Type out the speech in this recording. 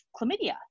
chlamydia